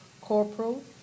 Corporal